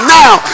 now